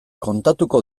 kontatuko